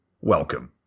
welcome